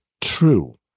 true